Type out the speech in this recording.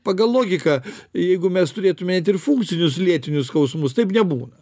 pagal logiką jeigu mes turėtume interfunkcinius lėtinius skausmus taip nebūna